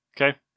Okay